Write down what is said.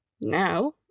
Now